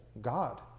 God